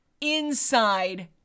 inside